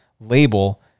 label